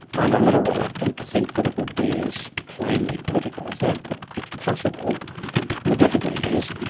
i'm a little reluctant to think that it would be as plainly political as that, but it's possible and the difficulty is,